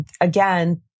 again